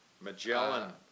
Magellan